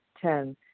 Ten